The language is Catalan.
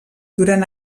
durant